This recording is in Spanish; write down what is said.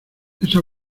esa